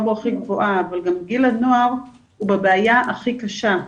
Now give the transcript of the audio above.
בו הכי גבוהה אבל גם גיל הנוער הוא בבעיה הכי קשה.